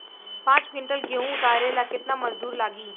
पांच किविंटल गेहूं उतारे ला केतना मजदूर लागी?